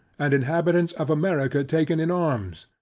and inhabitants of america taken in arms.